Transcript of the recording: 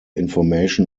information